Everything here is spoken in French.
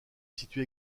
situe